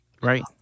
Right